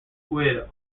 squid